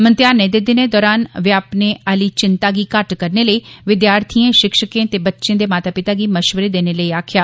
इम्तिहानें दे दिनें दौरान व्यापने आली चिंता गी घट्ट करने लेई विद्यार्थिएं शिक्षकें ते बच्चे दे माता पिता गी मश्वरे देने लेई आक्खेआ